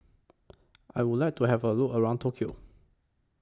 I Would like to Have A Look around Tokyo